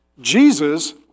Jesus